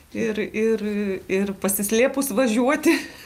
ir ir ir pasislėpus važiuoti